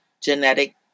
genetic